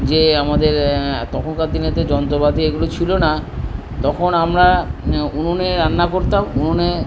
যে আমাদের তখনকার দিনেতে যন্ত্রপাতি এগুলো ছিল না তখন আমরা উনুনে রান্না করতাম উনুনে